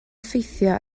effeithio